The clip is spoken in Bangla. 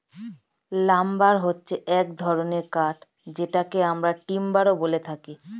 লাম্বার হচ্ছে এক ধরনের কাঠ যেটাকে আমরা টিম্বারও বলে থাকি